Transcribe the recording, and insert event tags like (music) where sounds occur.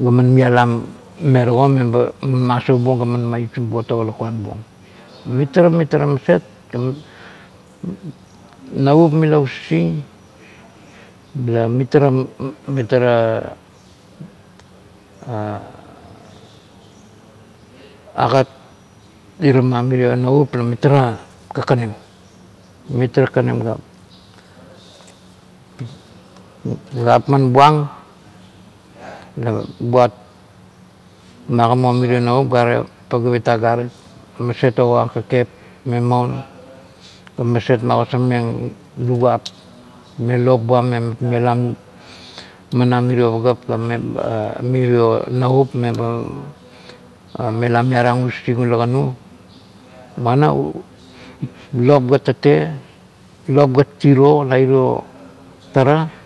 gaman mialam me tago meba masaubuong ga man me usim buong tago lakuan buong. Mitara mitara maset ga navup mila usising la mitara nutara la mitara (hesitation) agat irama mirie navup la mitara kakanim mitara kakanim ga, gapman buong ga buat magame ong mirie navup gare pagap it agarit, maset ogoang kakep me maun ga maset magosar meng lukuan me lop buam me ba mela mana mirio pagap ga (hesitation) mirio navup meba mela miarang usising ula kanu, muana lop gat tate, lop gat tiro na irio tara